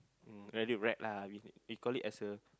very rat lah we call it as a